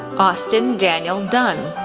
austin daniel dunn,